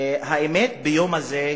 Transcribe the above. האמת, ביום הזה,